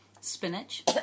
spinach